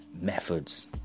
methods